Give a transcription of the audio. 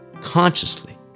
consciously